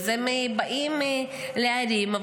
אז הם באים לערים.